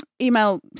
Email